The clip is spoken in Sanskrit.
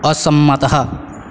असम्मतः